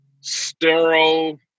sterile